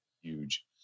Huge